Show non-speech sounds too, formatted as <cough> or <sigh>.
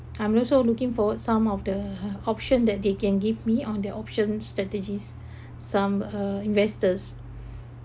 I'm also looking forward some of the option that they can give me on their options strategies <breath> some uh investors